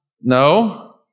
No